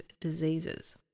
diseases